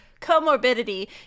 comorbidity